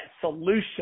solution